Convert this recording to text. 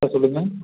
ஆ சொல்லுங்கள்